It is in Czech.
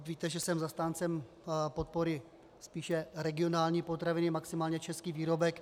Víte, že jsem zastáncem podpory spíše Regionální potraviny, maximálně Český výrobek.